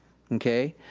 okay?